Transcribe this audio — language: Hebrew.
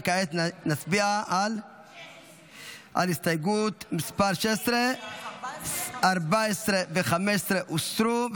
כעת נצביע על הסתייגות מס' 16. 14 ו-15 הוסרו,